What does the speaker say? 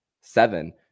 seven